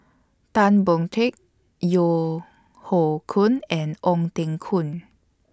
Tan Boon Teik Yeo Hoe Koon and Ong Teng Koon